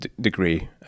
degree